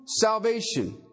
salvation